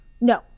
No